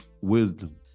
wisdom